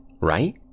right